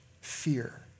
fear